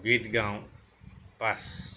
গীত গাওঁ পাচ